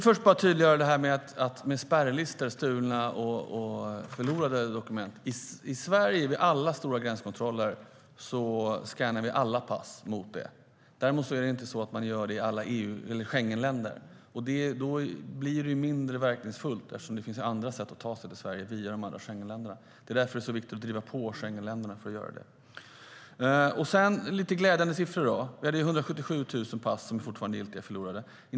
Fru talman! När det gäller spärrlistor och stulna och förlorade dokument vill jag tydliggöra att vi vid alla stora gränskontroller i Sverige skannar alla pass mot listorna. Det gör man däremot inte i alla Schengenländer, vilket gör det mindre verkningsfullt eftersom det finns sätt att ta sig till Sverige via de andra Schengenländerna. Därför är det viktigt att driva på dessa länder. Sedan har vi lite glädjande siffror. Vi har 177 000 förlorade pass som fortfarande är giltiga.